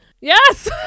yes